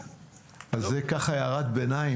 אז זו ככה הערת ביניים.